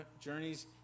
journeys